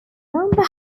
number